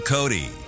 Cody